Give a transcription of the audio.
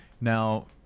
Now